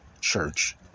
church